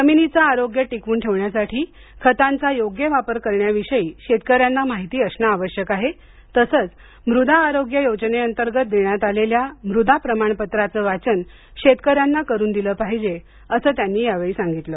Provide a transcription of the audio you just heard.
जमिनीच आरोग्य टिकवून ठेवण्यासाठी खतांचा योग्य वापर करण्याविषयी शेतकऱ्यांना माहिती असण आवश्यक आहे तसंच मृदा आरोग्य योजनेअंतर्गत देण्यात आलेल्या मृदा प्रमाण पत्राच वाचन शेतकऱ्यांना करून दिल पाहिजे असं त्यांनी यावेळी सांगितलं